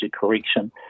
correction